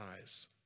eyes